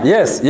Yes